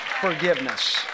forgiveness